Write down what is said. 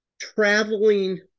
traveling